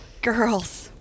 girls